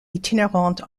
itinérante